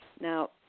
Now